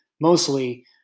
mostly